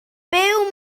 byw